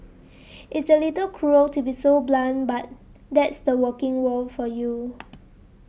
it's a little cruel to be so blunt but that's the working world for you